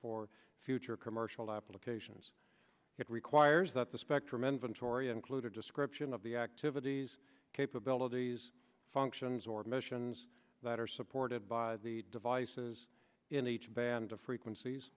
for future commercial applications it requires that the spectrum inventory include a description of the activities capabilities functions or missions that are supported by the devices in each band of frequencies